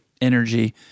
energy